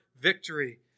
victory